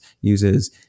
uses